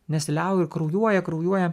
nesiliauja ir kraujuoja kraujuoja